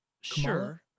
Sure